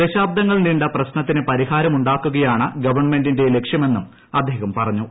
ദശാബ്ദങ്ങൾ നീണ്ട പ്രശ്നത്തിന് പരിഹാരം ഉണ്ടാക്കുകയാണ് ഗവൺമെന്റിന്റെ ലക്ഷ്യമെന്നും അദ്ദേഹം പറഞ്ഞു